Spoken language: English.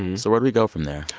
and so where do we go from there?